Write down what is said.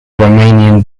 romanian